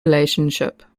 relationship